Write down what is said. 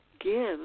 give